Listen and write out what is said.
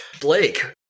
Blake